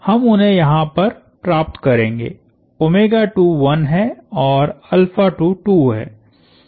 हम उन्हें यहां पर प्राप्त करेंगे1 है और 2 है